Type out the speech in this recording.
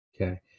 Okay